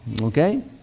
okay